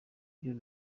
byo